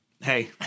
Hey